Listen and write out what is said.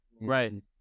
right